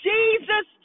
Jesus